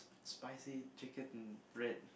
spicy chicken bread